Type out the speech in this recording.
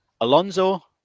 Alonso